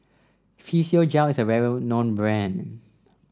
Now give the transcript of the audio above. Physiogel is a well known brand